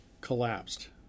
collapsed